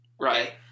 right